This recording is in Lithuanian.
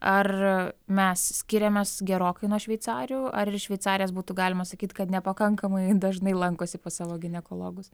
ar mes skiriamės gerokai nuo šveicarių ar ir šveicarės būtų galima sakyt kad nepakankamai dažnai lankosi pas savo ginekologus